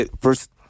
First